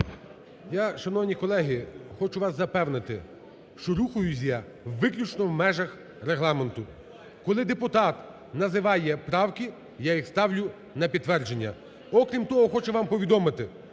Я, шановні колеги, хочу вас запевнити, що рухаюсь я виключно в межах Регламенту. Коли депутат називає правки, я їх ставлю на підтвердження. Окрім того, хочу вам повідомити,